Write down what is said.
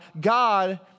God